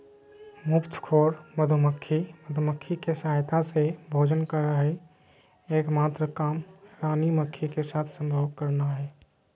मुफ्तखोर मधुमक्खी, मधुमक्खी के सहायता से ही भोजन करअ हई, एक मात्र काम रानी मक्खी के साथ संभोग करना हई